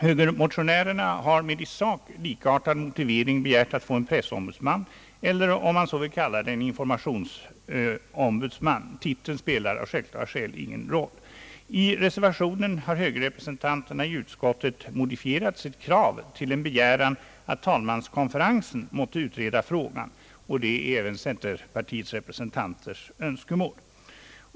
Högermotionärerna har med i sak likartad motivering begärt att få en pressombudsman eller, om man så vill kalla det, en informationsombudsman — titeln spelar av självklara skäl ingen roll. tanterna i utskottet modifierat sitt krav till en begäran att talmanskonferensen måtte utreda frågan, och det är även centerpartirepresentanternas önskemål.